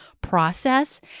process